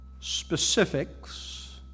specifics